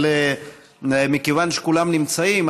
אבל מכיוון שכולם נמצאים,